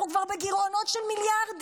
אנחנו כבר בגירעונות של מיליארדים.